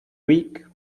week